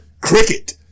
cricket